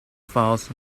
files